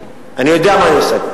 אני יודע מה אני עושה.